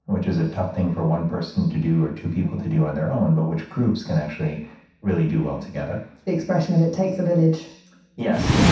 which is a tough thing for one person to do or two people to do on their own but with groups can actually really do well together the expression of it takes a village yes. yeah